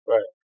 Right